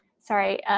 sorry.